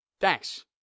Thanks